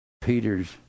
Peter's